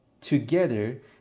together